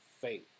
faith